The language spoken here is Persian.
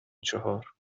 چهار